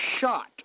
shot